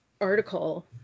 article